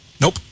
nope